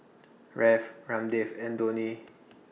Dev Ramdev and Dhoni